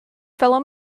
fellow